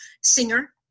Singer